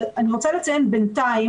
אבל בינתיים,